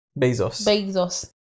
Bezos